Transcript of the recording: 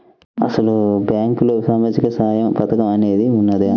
అసలు బ్యాంక్లో సామాజిక సహాయం పథకం అనేది వున్నదా?